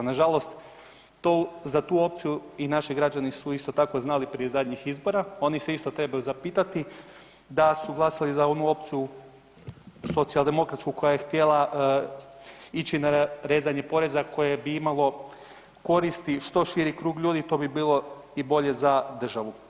Nažalost, to, za tu opciju i naši građani su isto tako znali prije zadnjih izbora, oni se isto trebaju zapitati da su glasali za onu opciju socijaldemokratsku koja je htjela ići na rezanje poreza koje bi imalo koristi što širi krug ljudi, to bi bilo i bolje za državu.